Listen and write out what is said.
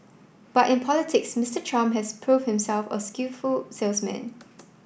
but in politics Mister Trump has prove himself a skillful salesman